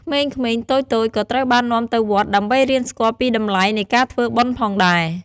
ក្មេងៗតូចៗក៏ត្រូវបាននាំទៅវត្តដើម្បីរៀនស្គាល់ពីតម្លៃនៃការធ្វើបុណ្យផងដែរ។